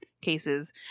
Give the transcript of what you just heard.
cases